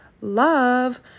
love